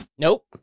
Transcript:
Nope